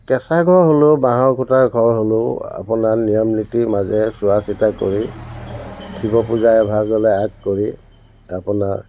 কেঁচা ঘৰ হ'লেও বাঁহৰ খুঁটাৰ ঘৰ হ'লেও আপোনাৰ নিয়ম নীতিৰ মাজেৰে চোৱা চিতা কৰি শিৱ পূজা এভাগলৈ আগ কৰি আপোনাৰ